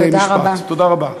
תודה רבה.